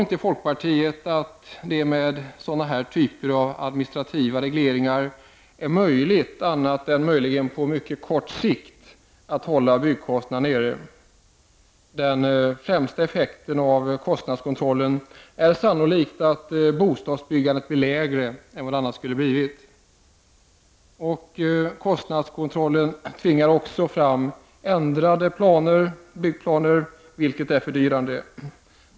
Vi i folkpartiet tror inte att det med administrativa regleringar är möjligt, annat än möjligen på mycket kort sikt, att hålla byggkostnaderna nere. Den främsta effekten av kostnadskontrollen är sannolikt att bostadsbyggandet blir lägre än vad det annars skulle ha blivit. Kostnadskontrollen tvingar också fram ändrade byggplaner, vilket är fördyrande.